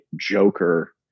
Joker